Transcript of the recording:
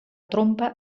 trompa